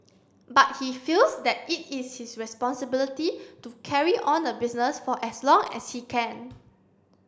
but he feels that it is his responsibility to carry on the business for as long as he can